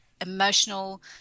emotional